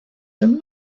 some